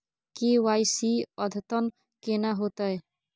KYC अद्यतन केना होतै?